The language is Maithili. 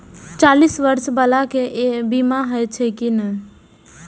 चालीस बर्ष बाला के बीमा होई छै कि नहिं?